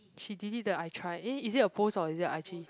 she delete the I tried eh is it a post or is it a i_g